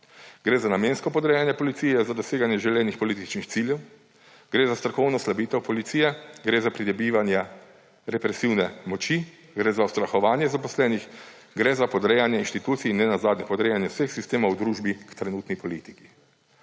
Gre za namensko podrejanje policije za doseganje želenih političnih ciljev. Gre za strokovno slabitev policije, gre za pridobivanje represivne moči, gre za ustrahovanje zaposlenih, gre za podrejanje inštitucij in nenazadnje podrejanje vseh sistemov v družbi k trenutni politiki.